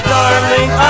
darling